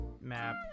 map